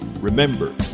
Remember